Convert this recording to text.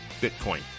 Bitcoin